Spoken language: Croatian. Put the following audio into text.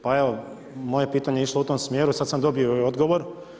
Pa evo moje pitanje je išlo u tom smjeru i sada sam dobio odgovor.